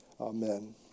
Amen